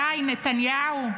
די, נתניהו,